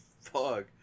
fuck